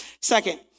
second